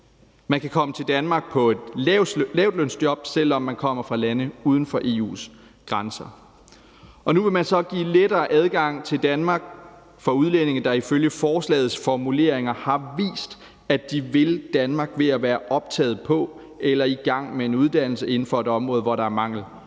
Man kan komme til Danmark på et lavtlønsjob, selv om man kommer fra lande uden for EU's grænser, og nu vil man så give lettere adgang til Danmark for udlændinge, der ifølge forslagets formuleringer »har vist, at de vil Danmark ved at være optaget på eller være i gang med en uddannelse inden for et område, hvor der er mangel